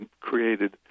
created